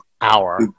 hour